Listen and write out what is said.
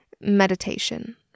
meditation